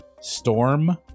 Storm